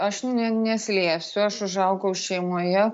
aš neslėpsiu aš užaugau šeimoje